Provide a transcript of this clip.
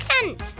Kent